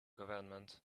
government